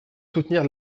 soutenir